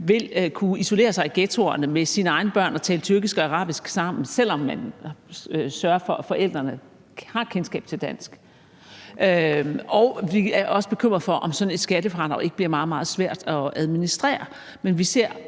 vil kunne isolere sig i ghettoerne med sine egne børn og tale tyrkisk og arabisk sammen, selv om vi sørger for, at forældrene har kendskab til dansk. Vi er også bekymrede for, om sådan et skattefradrag ikke bliver meget, meget svært at administrere.